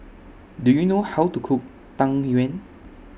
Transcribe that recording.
Do YOU know How to Cook Tang Yuen